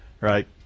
right